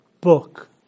book